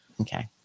Okay